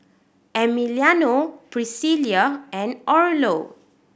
Emiliano Priscila and Orlo